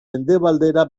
mendebaldera